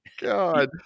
God